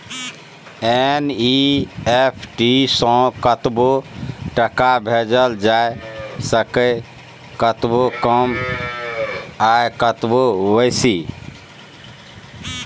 NEFT सँ कतबो टका भेजल जाए सकैए कतबो कम या कतबो बेसी